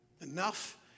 Enough